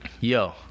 Yo